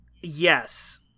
Yes